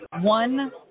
One